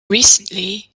recently